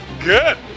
Good